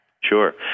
Sure